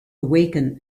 awaken